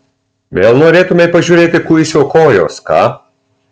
vėl norėtumei pažiūrėti kuisio kojos ką